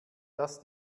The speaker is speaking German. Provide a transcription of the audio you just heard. dass